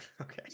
Okay